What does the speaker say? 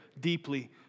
deeply